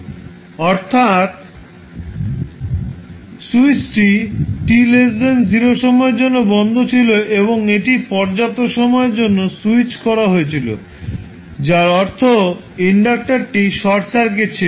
অর্থাৎ স্যুইচটি t0 সময়ের জন্য বন্ধ ছিল এবং এটি পর্যাপ্ত সময়ের জন্য স্যুইচ করা হয়েছিল যার অর্থ ইন্ডাক্টারটি শর্ট সার্কিট ছিল